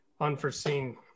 unforeseen